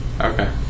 Okay